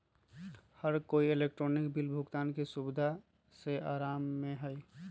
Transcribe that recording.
हर कोई electronic bill भुगतान के सुविधा से आराम में हई